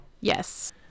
yes